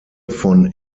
von